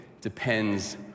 depends